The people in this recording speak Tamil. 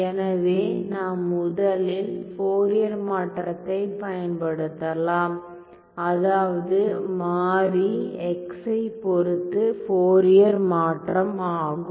எனவே நாம் முதலில் ஃபோரியர் மாற்றத்தைப் பயன்படுத்தலாம் அதாவது மாறி x ஐப் பொறுத்து ஃபோரியர் மாற்றம் ஆகும்